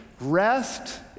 rest